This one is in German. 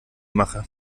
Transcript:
mache